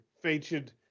featured